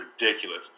ridiculous